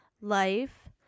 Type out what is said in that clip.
life